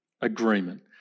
agreement